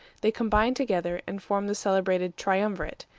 they combined together, and formed the celebrated triumvirate,